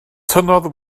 tynnodd